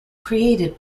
created